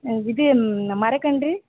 ஆ இது ம் மரக்கன்று